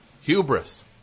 Hubris